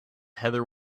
heather